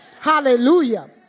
Hallelujah